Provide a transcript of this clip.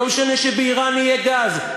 לא משנה שבאיראן יהיה גז.